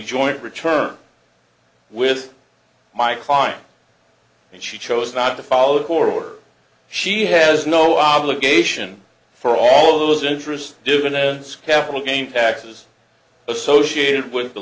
joint return with my client and she chose not to follow a court order she has no obligation for all of those interest dividends capital gains taxes associated with the